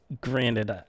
granted